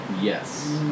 Yes